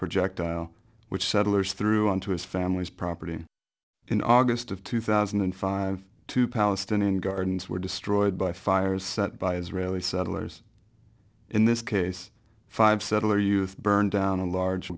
project which settlers threw onto his family's property in august of two thousand and five two palestinian gardens were destroyed by fires set by israeli settlers in this case five settler youth burned down a large